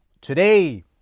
Today